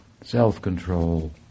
self-control